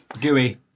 gooey